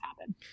happen